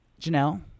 Janelle